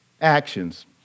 actions